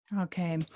Okay